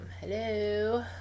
hello